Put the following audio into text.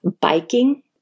biking